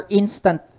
instant